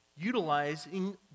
utilizing